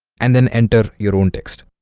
and then enter your own text